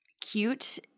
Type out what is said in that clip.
cute